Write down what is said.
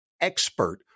expert